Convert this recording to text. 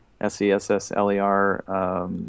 S-E-S-S-L-E-R